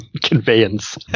conveyance